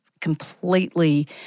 completely